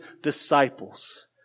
disciples